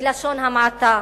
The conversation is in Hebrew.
בלשון המעטה.